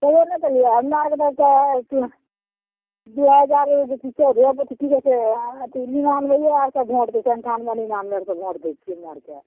कहियो नहि देलियै लै गेलहुँ तऽ दू हजार की कहय छै अथी निनावेये आरसँ वोट दै छियै अन्ठानवे निनावेसँ वोट दै छियै हमरा आर के